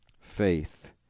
faith